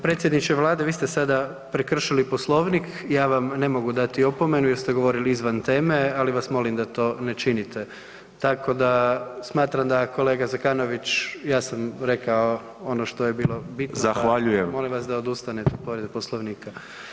Predsjedniče Vlade, vi ste sada prekršili Poslovnik, ja vam ne mogu dati opomenu jer ste govorili izvan teme, ali vas molim da to ne činite, tako da, smatram da kolega Zekanović, ja sam rekao ono što je bilo bitno [[Upadica: Zahvaljujem.]] molim vas da odustanete od povrede Poslovnika.